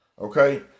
Okay